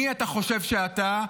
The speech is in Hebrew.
מי אתה חושב שאתה,